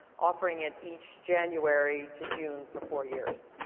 offering it each january to june for four years,